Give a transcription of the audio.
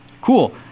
Cool